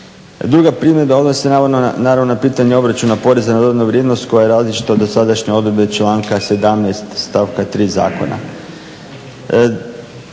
Druga primjedba odnosi se naravno na pitanje obračuna poreza na dodanu vrijednost koja je različita od dosadašnje odredbe članka 17.stavka 3. Zakona.